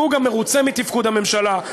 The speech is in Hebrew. והוא גם מרוצה מתפקוד הממשלה,